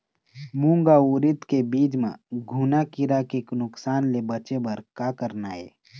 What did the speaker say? मूंग अउ उरीद के बीज म घुना किरा के नुकसान ले बचे बर का करना ये?